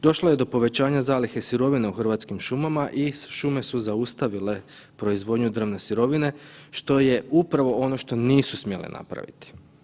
Došlo je do povećanja zalihe sirovine u Hrvatskim šumama i Šume su zaustavile proizvodnju drvne sirovine, što je upravo ono što nisu smjele napraviti.